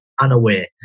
unaware